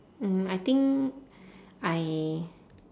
mm I think I